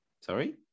sorry